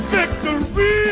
Victory